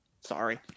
Sorry